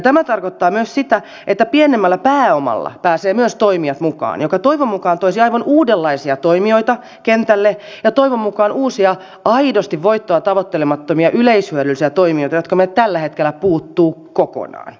tämä tarkoittaa sitä että myös pienemmällä pääomalla pääsevät toimijat mukaan mikä toivon mukaan toisi aivan uudenlaisia toimijoita kentälle ja toivon mukaan uusia aidosti voittoa tavoittelemattomia yleishyödyllisiä toimijoita jotka meiltä tällä hetkellä puuttuvat kokonaan